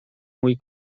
mój